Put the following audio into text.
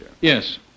Yes